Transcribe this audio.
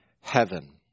heaven